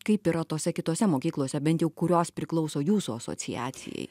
kaip yra tose kitose mokyklose bent jau kurios priklauso jūsų asociacijai